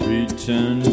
Return